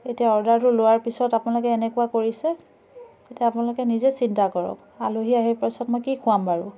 এতিয়া অৰ্ডাৰটো লোৱাৰ পিছত আপোনালোকে এনেকুৱা কৰিছে এতিয়া আপোনালোকে নিজে চিন্তা কৰক আলহী আহি পাছত মই কি খুৱাম বাৰু